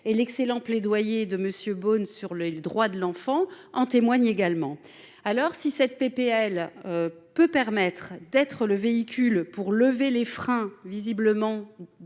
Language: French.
et l'excellent plaidoyer de monsieur Boon sur le le droit de l'enfant. En témoigne également alors si cette PPL. Peut permettre d'être le véhicule pour lever les freins visiblement.